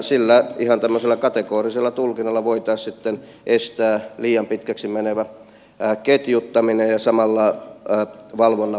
sillä ihan tämmöisellä kategorisella tulkinnalla voitaisiin sitten estää liian pitkäksi menevä ketjuttaminen ja samalla valvonnan vaikeuttaminen